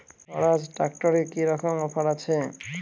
স্বরাজ ট্র্যাক্টরে কি রকম অফার আছে?